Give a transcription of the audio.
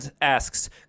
asks